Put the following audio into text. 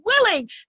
willing